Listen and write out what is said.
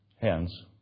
hands